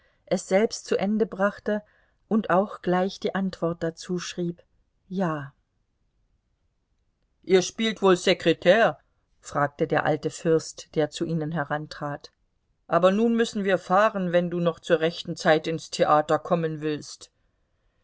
es selbst zu ende brachte und auch gleich die antwort dazuschrieb ja ihr spielt wohl secrtaire fragte der alte fürst der zu ihnen herantrat aber nun müssen wir fahren wenn du noch zur rechten zeit ins theater kommen willst